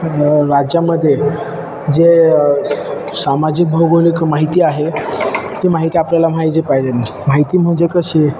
राज्यामध्ये जे सामाजिक भौगोलिक माहिती आहे ती माहिती आपल्याला माहिती पाहिजे माहिती म्हणजे कशी